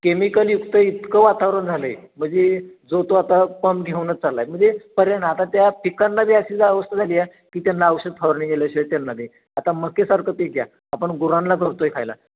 केमिकलयुक्त इतकं वातावरण झालं आहे म्हणजे जो तो आता पंप घेऊनच चालला आहे म्हणजे पर्याय नाही आता त्या पिकांना बी अशीच अवस्था झाली आहे की त्यांना औषध फवारणी केल्याशिवाय त्यांना बी आता मक्यासारखं पीक घ्या आपण गुरांना घालतो आहे खायला